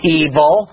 evil